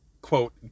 quote